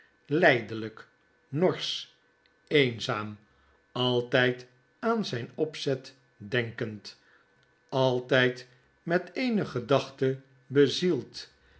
lijdelyk norsch eenzaam altyd aan zyn opzet denkend altyd met eene gedachte bezield